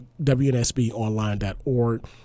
wnsbonline.org